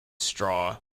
straw